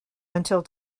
until